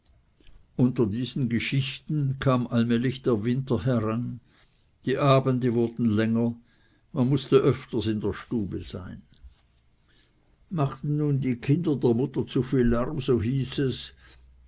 unter diesen geschichten kam allmählich der winter heran die abende wurden länger man mußte öfters in der stube sein machten nun die kinder der mutter zu viel lärm so hieß es